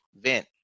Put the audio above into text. vent